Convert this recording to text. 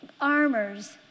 armors